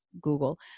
Google